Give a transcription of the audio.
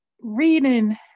reading